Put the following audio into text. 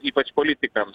ypač politikams